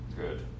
good